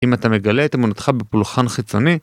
אם אתה מגלה את אמונתך בפולחן חיצוני